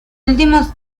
últimos